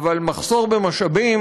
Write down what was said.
אבל למחסור במשאבים,